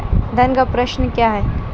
धन का प्रेषण क्या है?